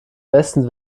besten